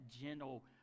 gentle